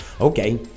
Okay